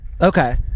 Okay